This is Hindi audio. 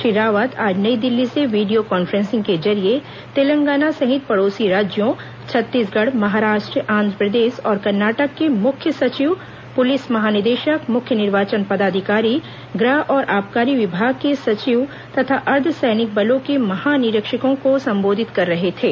श्री रावत आज नई दिल्ली से वीडियो कॉन्फ्रेसिंग के जरिए तेलंगाना सहित पड़ोसी राज्यों छत्तीसगढ़ महाराष्ट्र आंध्रप्रदेश और कर्नाटक के मुख्य सचिव पुलिस महानिदेशक मुख्य निर्वाचन पदाधिकारी गृह और आबकारी विभाग के सचिव तथा अर्द्द सैनिक बलों के महानिरीक्षकों को संबोधित कर रहे थे